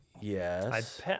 Yes